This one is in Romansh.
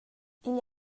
igl